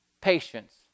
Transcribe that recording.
patience